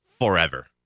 forever